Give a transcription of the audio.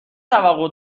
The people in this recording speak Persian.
توقع